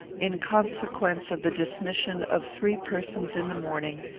in consequence of the dismission of three persons in the morning,